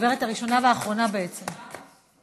הדוברת הראשונה והאחרונה, בעצם.